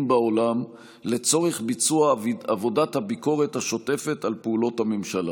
בעולם לצורך ביצוע עבודת הביקורת השוטפת על פעולות הממשלה.